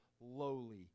lowly